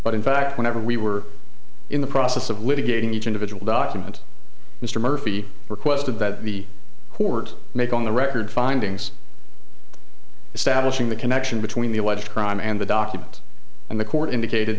but in fact whenever we were in the process of litigating each individual document mr murphy requested that the court make on the record findings establishing the connection between the alleged crime and the document and the court indicated